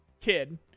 kid